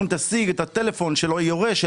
אומרים: תשיג את הטלפון של היורש,